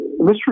Mr